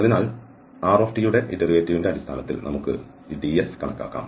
അതിനാൽ ആർടിയുടെ ഈ ഡെറിവേറ്റീവിന്റെ അടിസ്ഥാനത്തിൽ നമുക്ക് ഈ ds കണക്കാക്കാം